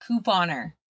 couponer